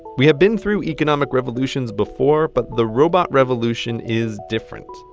we have been through economic revolutions before, but the robot revolution is different.